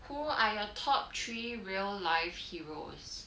who are your top three real life heroes